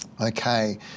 Okay